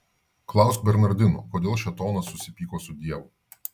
klausk bernardinų kodėl šėtonas susipyko su dievu